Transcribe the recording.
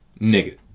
nigga